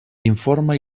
informa